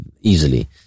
easily